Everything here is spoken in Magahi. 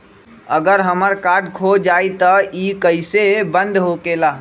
अगर हमर कार्ड खो जाई त इ कईसे बंद होकेला?